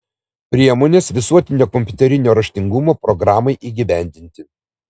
priemonės visuotinio kompiuterinio raštingumo programai įgyvendinti